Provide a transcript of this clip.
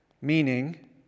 meaning